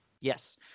Yes